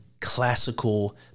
classical